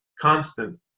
constant